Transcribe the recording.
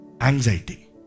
anxiety